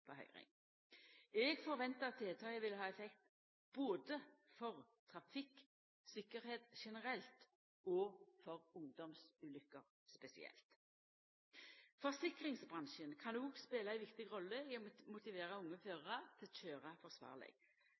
på høyring. Eg ventar at tiltaka vil ha effekt både for trafikktryggleiken generelt og for ungdomsulukker spesielt. Forsikringsbransjen kan òg spela ei viktig rolle i å motivera unge førarar til å køyra forsvarleg.